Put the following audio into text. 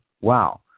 Wow